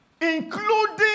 including